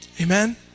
Amen